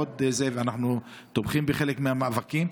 ואנחנו תומכים בחלק מהמאבקים,